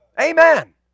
Amen